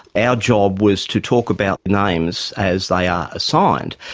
our job was to talk about names as they are assigned,